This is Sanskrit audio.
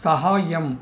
सहाय्यम्